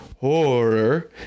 horror